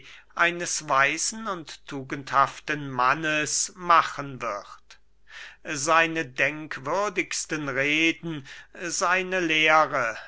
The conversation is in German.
eines weisen und tugendhaften mannes machen wird seine denkwürdigsten reden seine lehre